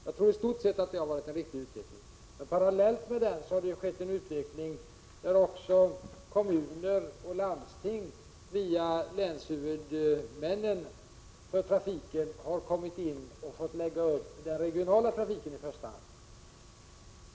Jag tror att det i stort sett har varit en riktig utveckling, men parallellt med den har det skett en utveckling där också kommuner och landsting via länshuvudmännen för trafiken har kommit in och fått lägga upp i första hand den regionala trafiken.